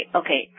okay